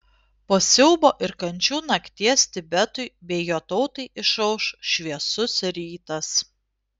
po siaubo ir kančių nakties tibetui bei jo tautai išauš šviesus rytas